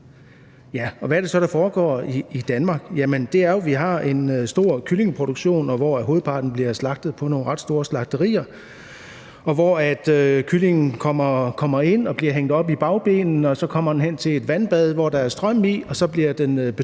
hvad er det så, der foregår i Danmark? Jamen det er jo, at vi har en stor kyllingeproduktion, hvor hovedparten bliver slagtet på nogle ret store slagterier, hvor kyllingerne kommer ind og bliver hængt op i bagbenene, og så kommer de hen til et vandbad, som der er strøm i, og så bliver de bedøvet